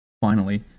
Finally